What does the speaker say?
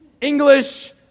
English